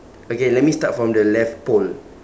okay let me start from the left pole